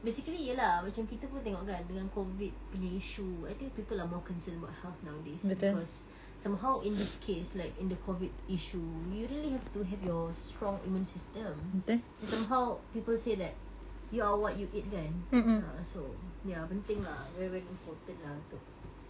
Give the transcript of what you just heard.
basically ya lah macam kita pun tengok kan dengan COVID punya issue I think people are more concerned about health nowadays because somehow in this case like in the COVID issue you really have to have your strong immune system and somehow people say that you are what you eat kan ah so ya penting lah very very important lah untuk